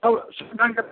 अबै